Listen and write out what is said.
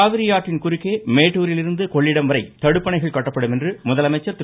காவிரியாற்றின் குறுக்கே மேட்டுரிலிருந்து கொள்ளிடம்வரை தடுப்பணைகள் கட்டப்படும் என்று முதலமைச்சர் திரு